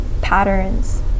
patterns